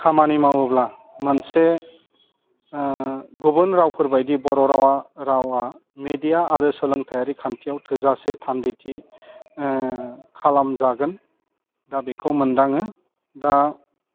खामानि मावोब्ला मोनसे गुबन रावफोरबायदि बर' रावा मेडिया आरो सोलोंथाइआरि खान्थियाव थोजासे थान्दैथि खालामजागोन दा बेखौ मोन्दाङो दा